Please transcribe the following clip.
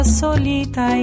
solita